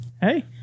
Hey